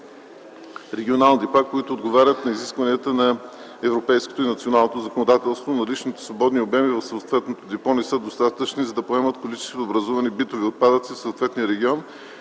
регионални депа, които отговарят на изискванията на европейското и националното законодателство – наличните свободни обеми в съответното депо не са достатъчни, за да поемат количествата образувани битови отпадъци в съответния регион